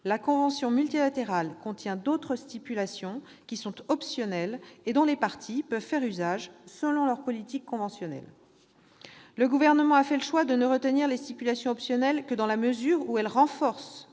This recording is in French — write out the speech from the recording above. la convention multilatérale contient d'autres stipulations qui sont optionnelles et dont les parties peuvent faire usage selon leur politique conventionnelle. Le Gouvernement a fait le choix de ne retenir les stipulations optionnelles que dans la mesure où elles renforcent